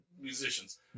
musicians